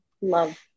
Love